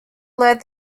led